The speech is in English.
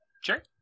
Sure